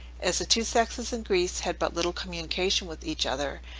as the two sexes in greece had but little communication with each other,